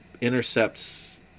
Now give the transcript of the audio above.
Intercepts